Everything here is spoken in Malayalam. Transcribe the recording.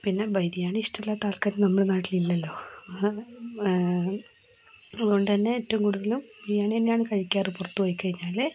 പിന്നെ ബിരിയാണി ഇഷ്ടമല്ലാത്ത ആൾക്കാർ നമ്മുടെ നാട്ടിലില്ലല്ലോ അതുകൊണ്ടുതന്നെ ഏറ്റവും കൂടുതലും ബിരിയാണി തന്നെയാണ് കഴിക്കാറ് പുറത്ത് പോയി കഴിഞ്ഞാൽ